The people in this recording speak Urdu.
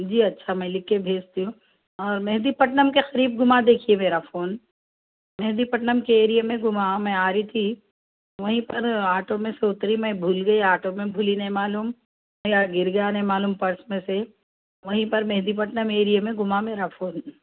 جی اچھا میں لکھ کے بھیجتی ہوں میدی پٹنم کے قریب گما دیکھیے میرا فون میں مہندی پٹنم کے ایریے میں گما میں آ رہی تھی وہیں پر آٹو میں سے اتری میں بھول گئی آٹو میں بھولی نہیں معلوم یا گر گیا معلوم نہیں پرس میں سے وہیں پر مہندی پٹنم ایریے میں گما میرا فون